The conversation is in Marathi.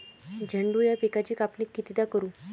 झेंडू या पिकाची कापनी कितीदा करू?